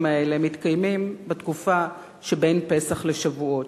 האלה מתקיימים בתקופה שבין פסח לשבועות,